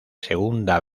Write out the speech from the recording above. segunda